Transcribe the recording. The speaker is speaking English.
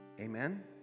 Amen